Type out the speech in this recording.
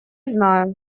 знаю